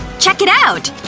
check it out!